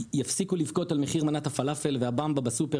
יפסיקו לבכות על מחיר מנת הפלאפל והבמבה בסופר